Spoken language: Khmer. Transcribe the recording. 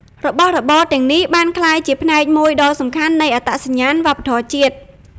របស់របរទាំងនេះបានក្លាយជាផ្នែកមួយដ៏សំខាន់នៃអត្តសញ្ញាណវប្បធម៌ជាតិ។